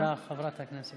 תודה, חברת הכנסת מריח.